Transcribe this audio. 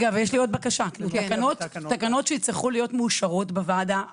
יש לי עוד בקשה תקנות שיצטרכו להיות מאושרות בוועדה הנוכחית.